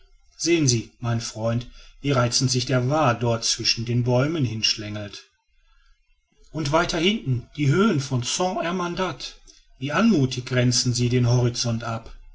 sehen sie mein freund wie reizend sich der vaar dort zwischen den bäumen hinschlangelt und weiterhin die höhen von saint hermandad wie anmuthig grenzen sie den horizont ab